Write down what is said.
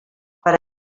per